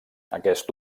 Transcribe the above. aquest